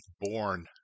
born